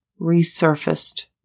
resurfaced